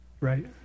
right